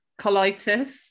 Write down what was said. colitis